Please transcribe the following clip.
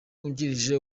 wungirije